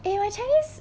eh your chinese